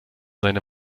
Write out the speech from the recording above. seine